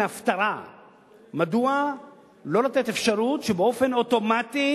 ההפטרה מדוע לא לתת אפשרות שבאופן אוטומטי,